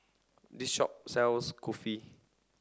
this shop sells Kulfi